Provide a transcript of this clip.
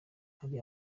ahari